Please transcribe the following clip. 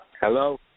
Hello